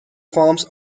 farms